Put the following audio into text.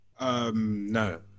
No